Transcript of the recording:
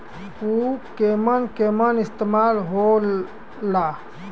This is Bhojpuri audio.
उव केमन केमन इस्तेमाल हो ला?